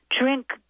Drink